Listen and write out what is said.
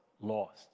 lost